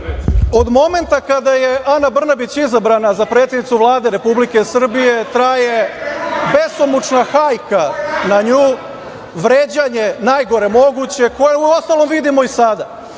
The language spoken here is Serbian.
momenta kada je Ana Brnabić izabrana za predsednicu Vlade Republike Srbije, traje besomučna hajka na nju, najgore moguće vređanje, koje uostalom vidimo i sada.